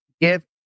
give